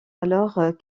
alors